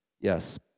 Yes